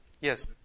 Yes